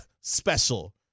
special